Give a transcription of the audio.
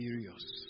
serious